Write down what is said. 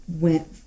went